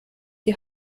die